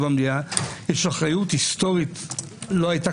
היו במליאה שיש אחריות היסטורית שלא הייתה